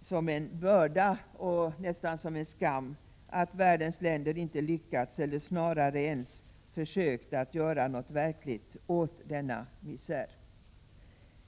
som en börda och nästan som en skam att världens länder inte lyckats eller snarare inte ens försökt att göra något verkligt åt denna misär.